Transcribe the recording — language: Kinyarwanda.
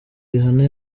rihanna